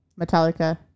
Metallica